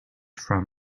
from